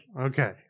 Okay